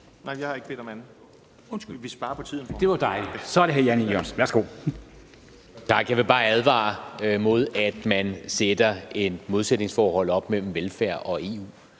Jeg vil bare advare mod, at man sætter et modsætningsforhold op mellem velfærd og EU.